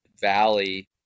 valley